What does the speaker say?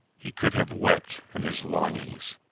he could have wept in his longings.